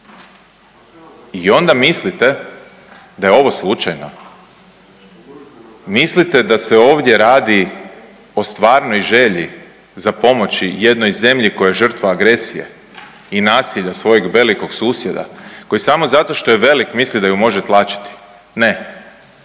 i onda mislite da je ovo slučajno. Mislite da se ovdje radi o stvarnoj želji za pomoći jednoj zemlji koja je žrtva agresije i nasilja svojeg velikog susjeda koji samo zato što je velik misli da ju može tlačiti? Ne,